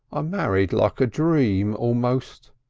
ah married like a dream almost.